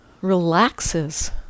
relaxes